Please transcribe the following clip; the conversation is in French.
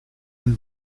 une